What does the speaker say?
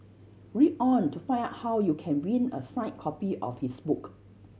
read on to find out how you can win a signed copy of his book